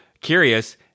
curious